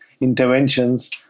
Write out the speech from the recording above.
interventions